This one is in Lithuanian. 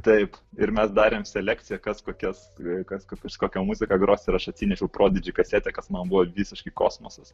taip ir mes darėm selekciją kas kokias kas kokią muziką gros ir aš atsinešiau prodidžy kasetę kas man buvo visiškai kosmosas